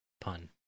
pun